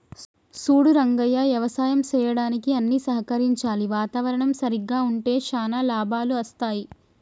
సూడు రంగయ్య యవసాయం సెయ్యడానికి అన్ని సహకరించాలి వాతావరణం సరిగ్గా ఉంటే శానా లాభాలు అస్తాయి